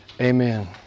Amen